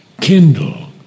kindle